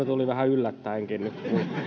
tuli nyt vähän yllättäenkin